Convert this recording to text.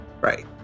Right